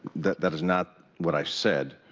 that that is not what i said.